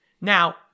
Now